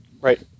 right